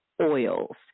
oils